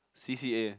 c_c_a